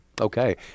okay